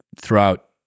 throughout